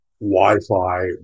Wi-Fi